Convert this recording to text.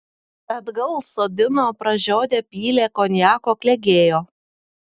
atgal sodino pražiodę pylė konjako klegėjo